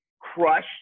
crushed